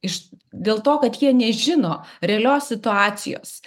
iš dėl to kad jie nežino realios situacijos